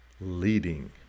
leading